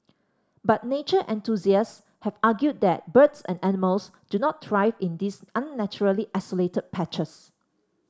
but nature enthusiasts have argued that birds and animals do not thrive in these unnaturally isolated patches